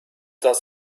das